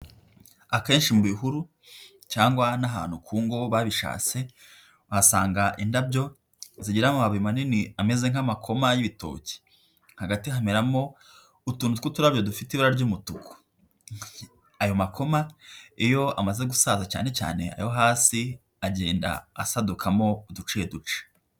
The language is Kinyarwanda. Akenshi mu bihuru cyangwa n'ahantu ku ngo babishatse, uhasanga indabyo zigira amababi manini ameze nk'amakoma y'ibitoki, hagati hameramo utuntu tw'uturabyo dufite ibara ry'umutuku, ayo makoma iyo amaze gusaza, cyane cyane ayo hasi agenda asadukamo uduceduce.